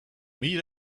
meet